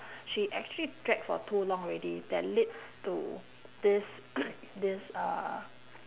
she actually drag for too long already that lead to this this uh